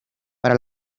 para